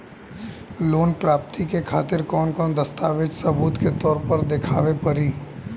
Loan प्राप्ति के खातिर कौन कौन दस्तावेज सबूत के तौर पर देखावे परी?